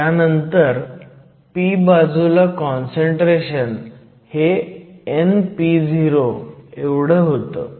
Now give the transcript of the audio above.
त्यानंतर p बाजूला concentration हे npo एवढं होतं